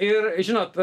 ir žinot